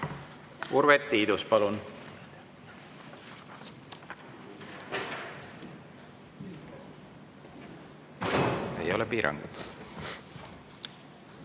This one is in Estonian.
Urve Tiidus, palun! Ei ole piiranguid.